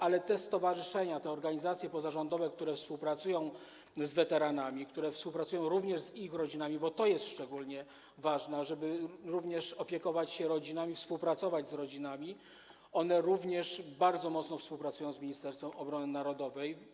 Ale te stowarzyszenia, te organizacje pozarządowe, które współpracują z weteranami, które współpracują również z ich rodzinami, bo to jest szczególnie ważne, ażeby również opiekować się rodzinami, współpracować z rodzinami, również bardzo mocno współpracują z Ministerstwem Obrony Narodowej.